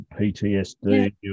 PTSD